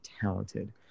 talented